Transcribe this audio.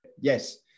Yes